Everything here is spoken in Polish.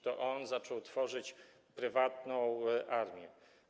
To on zaczął tworzyć prywatną armię.